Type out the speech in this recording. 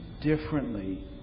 differently